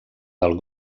del